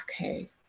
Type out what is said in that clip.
okay